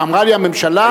ואמרה לי הממשלה,